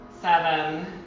Seven